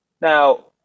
Now